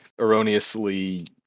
erroneously